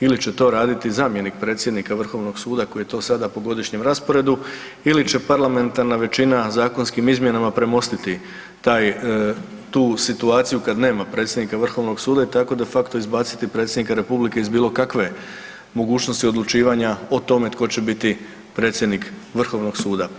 Ili će to raditi zamjenik predsjednika Vrhovnog suda koji je to sada po godišnjem rasporedu ili će parlamentarna većina zakonskim izmjenama premostiti tu situaciju kad nema predsjednika Vrhovnog suda i tako de facto izbaciti Predsjednika Republike iz bilo kakve mogućnosti odlučivanja o tome tko će biti predsjednik Vrhovnog suda.